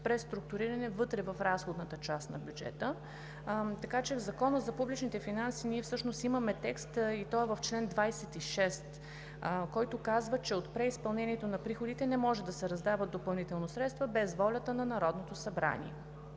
преструктуриране вътре в разходната част на бюджета. Следователно в Закона за публичните финанси всъщност имаме текст в чл. 26, който казва че от преизпълнението на приходите не може да се раздават допълнително средства без волята на Народното събрание.